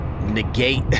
negate